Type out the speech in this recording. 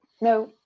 no